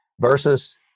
versus